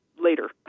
later